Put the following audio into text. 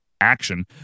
action